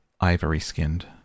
Ivory-skinned